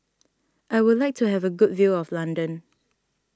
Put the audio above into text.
I would like to have a good view of London